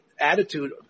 attitude